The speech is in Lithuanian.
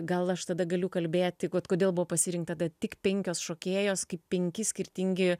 gal aš tada galiu kalbėti vat kodėl buvo pasirinkta tik penkios šokėjos kaip penki skirtingi